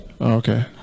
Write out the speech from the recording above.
Okay